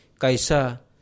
Kaisa